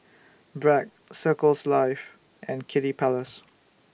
Bragg Circles Life and Kiddy Palace